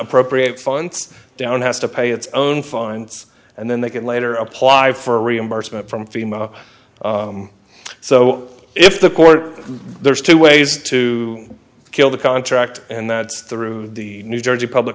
appropriate funds down has to pay its own fines and then they can later apply for reimbursement from fema so if the court there's two ways to kill the contract and that's through the new jersey public